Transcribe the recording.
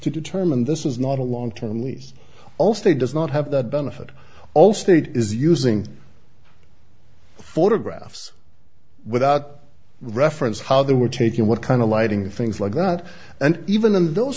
to determine this is not a long term lease allstate does not have the benefit allstate is using photographs without reference how they were taken what kind of lighting things like that and even in those